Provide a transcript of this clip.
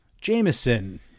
Jameson